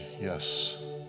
yes